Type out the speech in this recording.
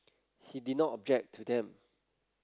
he did not object to them